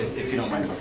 if you don't mind.